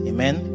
Amen